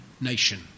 nation